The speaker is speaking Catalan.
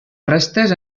restes